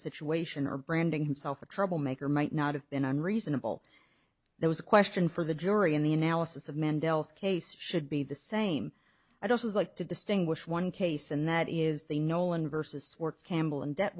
situation or branding himself a troublemaker might not have been unreasonable there was a question for the jury in the analysis of mandela's case should be the same i don't like to distinguish one case and that is the nolan versus swartz campbell and de